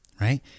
Right